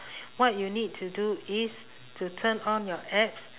what you need to do is to turn on your apps